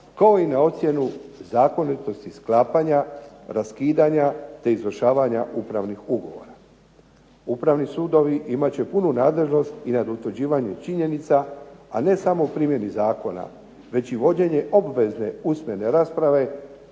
kao i na ocjenu zakonitosti sklapanja, raskidanja, te izvršavanja upravnih ugovora. Upravni sudovi imat će punu nadležnost i nad utvrđivanjem činjenica, a ne samo primjeni zakona, već i vođenje obvezne usmene rasprave